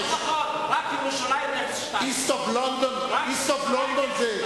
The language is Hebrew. לא נכון, רק ירושלים 02. מה היה לפני 1967?